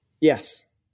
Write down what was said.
Yes